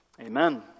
Amen